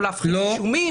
או להפחית אישומים,